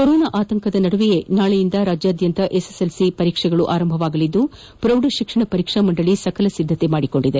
corona ಆತಂಕದ ನದುವೆ ನಾಳೆಯಿಂದ ರಾಜ್ಯಾದ್ಯಂತ ಎಸ್ ಎಸ್ ಎಲ್ ಸಿ ಪರೀಕ್ಷೆ ಆರಂಭವಾಗಲಿದ್ದು ಪ್ರೌಢ ಶಿಕ್ಷಣ ಪರೀಕ್ಷಾ ಮಂಡಳಿ ಸಕಲ ಸಿದ್ದತೆಗಳನ್ನು ಮಾಡಿಕೊಂಡಿದೆ